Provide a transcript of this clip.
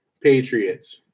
Patriots